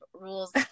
Rules